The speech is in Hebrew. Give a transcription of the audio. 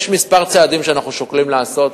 יש כמה צעדים שאנחנו שוקלים לעשות,